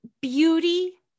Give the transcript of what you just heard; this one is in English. Beauty